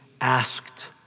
asked